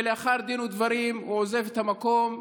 ולאחר דין ודברים הוא עוזב את המקום,